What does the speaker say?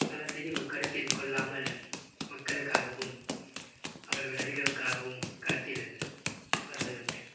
நலத்தையும் கருத்தில் கொள்ளாமல் மக்களுக்காகவும் அவர்களின் ரசிகர்களுக்காகவும் களத்தில் வருவது உண்டு